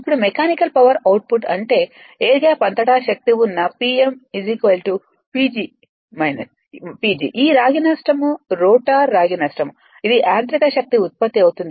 ఇప్పుడు mechanical power output అంటే air gap అంతటా శక్తిగా ఉన్న Pm PG ఈ రాగి నష్టం రోటర్ రాగి నష్టం ఇది యాంత్రిక శక్తి ఉత్పత్తి అవుతుంది